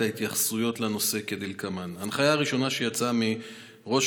את ההתייחסויות לנושא כדלקמן: בהנחיה הראשונה שיצאה מראש